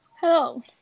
Hello